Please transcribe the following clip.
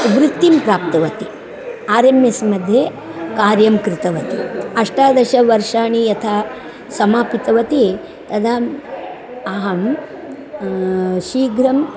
वृत्तिं प्राप्तवती R M एस्मध्ये कार्यं कृतवती अष्टादशवर्षाणि यथा समापितवती तदा अहं शीघ्रम्